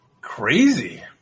Crazy